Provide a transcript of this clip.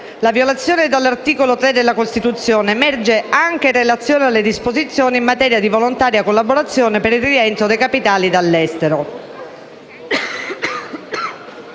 La violazione dell'articolo 3 della Costituzione emerge anche in relazione alle disposizioni in materia di volontaria collaborazione per il rientro dei capitali dell'estero.